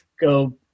go –